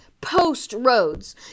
post-roads